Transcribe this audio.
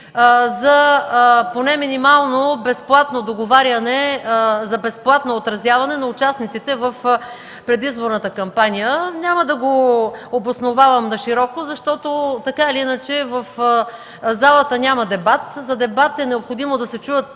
за минимално безплатно отразяване на участниците в предизборната кампания. Няма да го обосновавам нашироко, защото, така или иначе, в залата няма дебат. За дебат е необходимо да се чуят